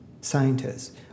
scientists